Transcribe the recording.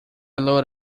load